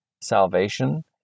salvation